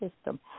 system